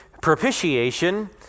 propitiation